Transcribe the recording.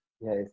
Yes